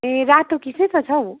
ए रातो कि सेतो छ हो